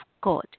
God